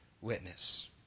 witness